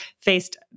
faced